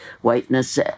whiteness